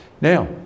now